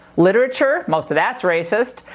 literature, most of that's racist.